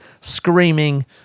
screaming